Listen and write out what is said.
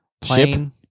plane